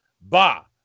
Ba